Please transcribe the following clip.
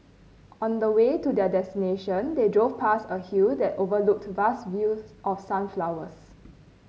on the way to their destination they drove past a hill that overlooked vast fields of sunflowers